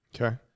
Okay